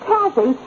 Kathy